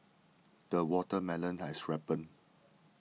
the watermelon has ripened